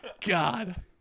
God